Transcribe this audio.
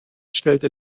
stellte